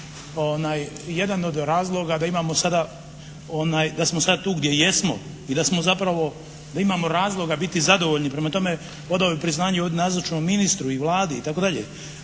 jedan od razloga da imamo sada, da smo sad tu gdje jesmo i da smo zapravo i da imamo razloga biti zadovoljni. Prema tome, odao bih priznanje i ovdje nazočnom ministru i Vladi itd.